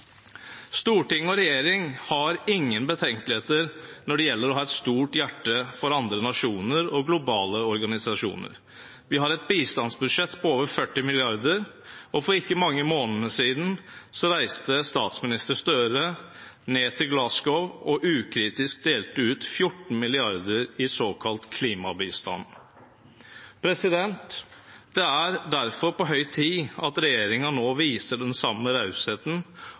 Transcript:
Storting og regjering har ingen betenkeligheter når det gjelder å ha et stort hjerte for andre nasjoner og globale organisasjoner. Vi har et bistandsbudsjett på over 40 mrd. kr, og for ikke mange månedene siden reiste statsminister Støre ned til Glasgow og delte ukritisk ut 14 mrd. kr i såkalt klimabistand. Det er derfor på høy tid at regjeringen nå viser den samme rausheten